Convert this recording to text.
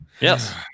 Yes